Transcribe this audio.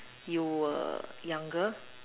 you were younger